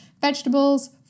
Vegetables